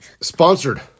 Sponsored